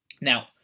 Now